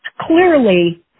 clearly